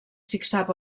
fixava